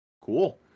Cool